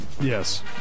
Yes